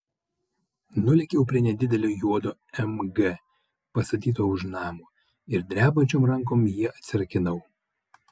nulėkiau prie nedidelio juodo mg pastatyto už namo ir drebančiom rankom jį atsirakinau